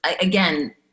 again